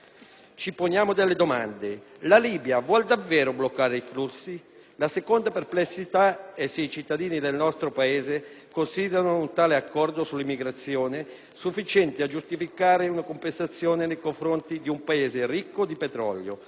Ci poniamo delle domande: la Libia vuole davvero bloccare i flussi? La seconda perplessità è se i cittadini del nostro Paese considerino un tale accordo sull'immigrazione sufficiente a giustificare una compensazione nei confronti di un Paese ricco di petrolio.